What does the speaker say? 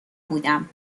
بودم